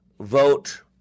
Vote